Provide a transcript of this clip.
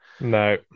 No